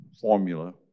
formula